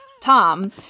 Tom